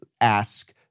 ask